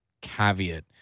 caveat